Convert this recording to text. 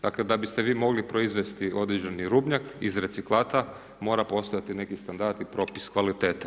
Dakle, da biste vi mogli proizvesti određeni rubnjak, iz reciklata mora postojati neki standard i propis kvalitete.